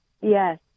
Yes